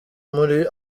muri